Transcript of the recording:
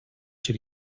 chez